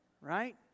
Right